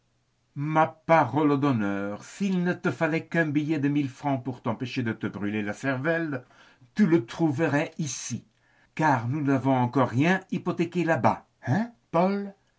ma parole d'honneur s'il ne te fallait qu'un billet de mille francs pour t'empêcher de te brûler la cervelle tu le trouverais ici car nous n'avons encore rien hypothéqué là-bas